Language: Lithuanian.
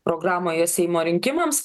programoje seimo rinkimams